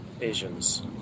Asians